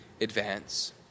advance